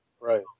right